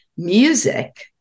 Music